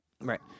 Right